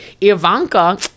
Ivanka